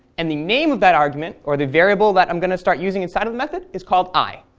and the name of that argument or the variable that i'm going to start using inside of the method is called i.